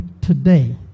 today